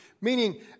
Meaning